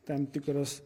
tam tikras